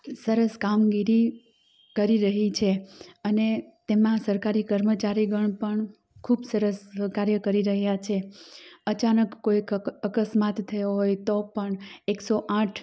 સરસ કામગીરી કરી રહી છે અને તેમાં સરકારી કર્મચારીગણ પણ ખૂબ સરસ કાર્ય કરી રહ્યા છે અચાનક કોઈક અક અકસ્માત થયો હોય તો પણ એકસો આઠ